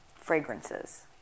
fragrances